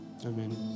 Amen